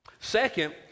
Second